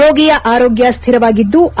ರೋಗಿಯ ಆರೋಗ್ಯ ಸ್ಲಿರವಾಗಿದ್ಲು